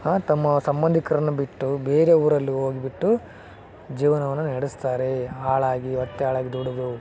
ತಮ್ಮ ಸಂಬಂಧಿಕರನ್ನ ಬಿಟ್ಟು ಬೇರೆ ಊರಲ್ಲಿ ಹೋಗ್ಬಿಟ್ಟು ಜೀವನವನ್ನು ನಡೆಸ್ತಾರೆ ಆಳಾಗಿ ಒತ್ತೆ ಆಳಾಗಿ ದುಡಿದು